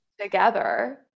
together